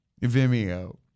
Vimeo